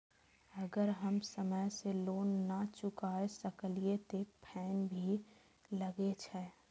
अगर हम समय से लोन ना चुकाए सकलिए ते फैन भी लगे छै?